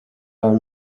are